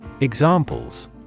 Examples